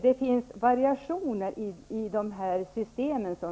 Det finns variationer i våra system.